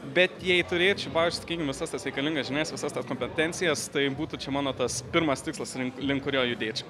bet jei turėčiau pavyzdžiui sakykim visas tas reikalingas žinias visas tas kompetencijas tai būtų čia mano tas pirmas tikslas link link kurio judėčiau